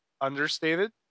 understated